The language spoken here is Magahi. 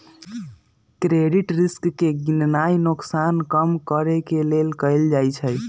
क्रेडिट रिस्क के गीणनाइ नोकसान के कम करेके लेल कएल जाइ छइ